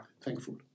thankful